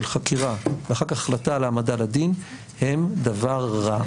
חקירה ואחר כך החלטה להעמדה לדין הם דבר רע.